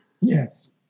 Yes